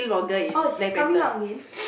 oh it's coming out again